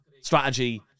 strategy